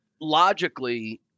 logically